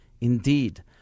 indeed